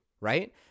right